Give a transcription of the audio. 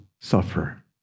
suffer